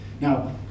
Now